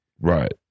Right